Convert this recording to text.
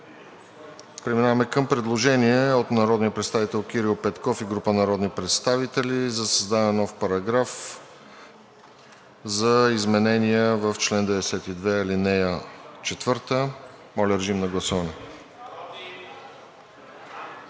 Преминаваме към предложение от народния представител Кирил Петков и група народни представители за създаване на нов параграф за изменение в чл. 92, ал. 4. Моля, режим на гласуване.